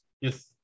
yes